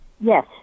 Yes